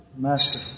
master